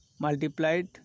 multiplied